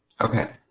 Okay